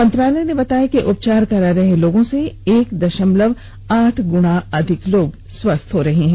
मंत्रालय ने बताया कि उपचार करा रहे लोगों से एक दशमलव आठ गुणा अधिक लोग स्वस्थ हो रहे हैं